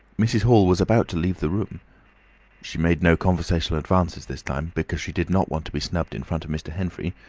mrs. hall was about to leave the room she made no conversational advances this time, because she did not want to be snubbed in front of mr. henfrey